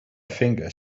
finger